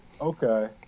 Okay